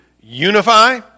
unify